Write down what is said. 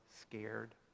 scared